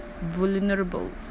vulnerable